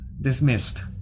Dismissed